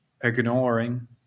ignoring